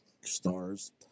Stars